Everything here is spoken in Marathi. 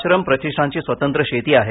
आश्रम प्रतिष्ठानची स्वतंत्र शेती आहे